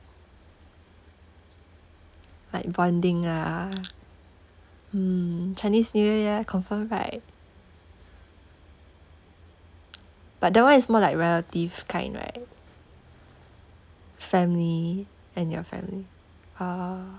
like bonding ah mm chinese new year confirm right but that [one] is more like relative kind right family and your fam~ ah